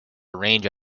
range